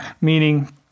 meaning